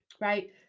Right